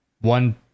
One